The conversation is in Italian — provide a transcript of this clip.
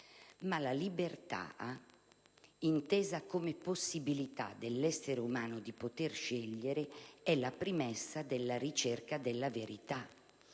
la libertà, intesa come possibilità dell'essere umano di scegliere, è la premessa della ricerca della verità.